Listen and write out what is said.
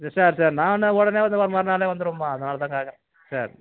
சரி சரி நான் உடனே மறுநாளே வந்துடுவேம்மா அதனாலதான் கேட்கறேன் சரி